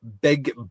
big